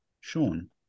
Sean